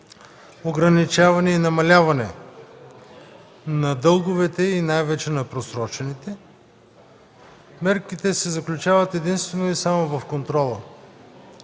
ограничаване и намаляване на дълговете и най-вече на просрочените мерки, те се заключават единствено и само в контрола.